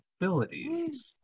Abilities